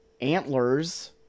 Antlers